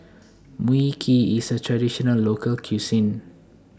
Mui Kee IS A Traditional Local Cuisine